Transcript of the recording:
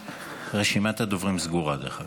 רשימת הדוברים סגורה, דרך אגב.